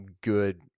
good